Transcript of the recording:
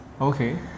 Okay